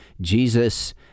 Jesus